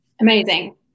Amazing